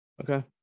okay